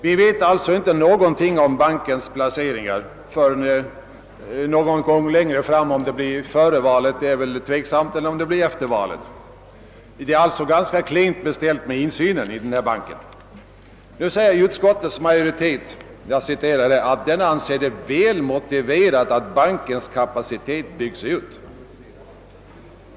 Vi vet alltså inte någonting om bankens placeringar förrän någon gång längre fram — om det blir före valet i höst eller om det blir efter valet är väl tveksamt. Det är alltså ganska klent beställt med insynen i denna bank. Utskottets majoritet uttalar, att den »anser det väl motiverat att bankens kapacitet byggs ut».